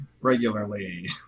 regularly